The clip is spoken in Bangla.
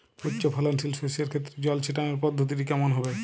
উচ্চফলনশীল শস্যের ক্ষেত্রে জল ছেটানোর পদ্ধতিটি কমন হবে?